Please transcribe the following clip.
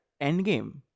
Endgame